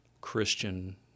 Christian